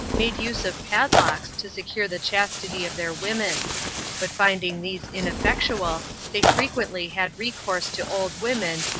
made use of padlocks to secure the chastity of their women but finding these ineffectual, they frequently had recourse to old women,